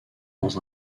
dans